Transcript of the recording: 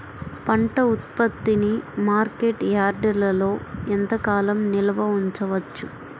పంట ఉత్పత్తిని మార్కెట్ యార్డ్లలో ఎంతకాలం నిల్వ ఉంచవచ్చు?